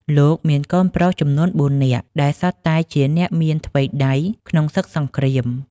លោកមានកូនប្រុសចំនួន ៤ នាក់ ដែលសុទ្ធតែជាអ្នកមានថ្វីដៃក្នុងសឹកសង្គ្រាម។